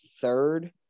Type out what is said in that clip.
third